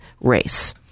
race